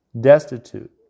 destitute